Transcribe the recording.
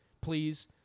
please